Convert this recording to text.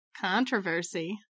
controversy